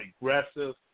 aggressive